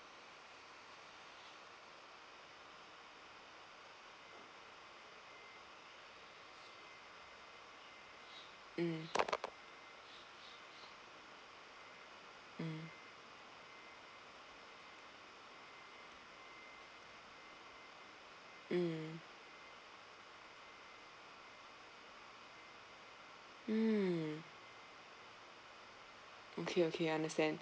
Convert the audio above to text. mm mm mm mm okay okay I understand